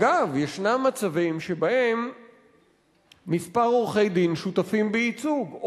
אגב, יש מצבים שבהם כמה עורכי-דין שותפים בייצוג.